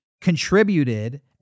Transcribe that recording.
contributed